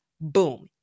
Boom